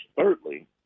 thirdly